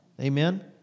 Amen